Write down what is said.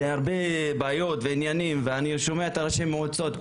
יש בזה הרבה בעיות ועניינים ואני שומע את ראשי המועצות,